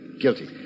Guilty